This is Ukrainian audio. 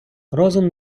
розум